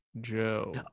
Joe